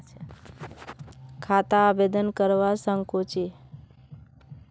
खाता आवेदन करवा संकोची?